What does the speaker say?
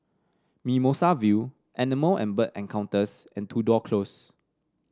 Mimosa View Animal and Bird Encounters and Tudor Close